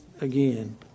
again